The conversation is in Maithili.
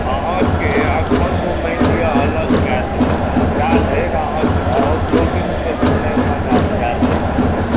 अहाँके अखन जँ मानि लिअ अलग कय देल जाए जा धरि अहाँके औद्योगिक क्षेत्र नहि बनायल जायत एहिठमा